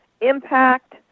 impact